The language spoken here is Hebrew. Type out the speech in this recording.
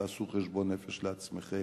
תעשו חשבון נפש לעצמכם,